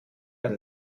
ein